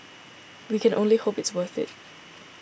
we can only hope it's worth it